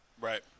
Right